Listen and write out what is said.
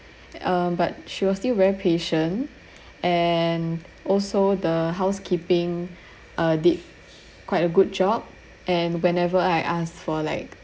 uh but she was still very patient and also the housekeeping uh did quite a good job and whenever I ask for like